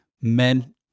men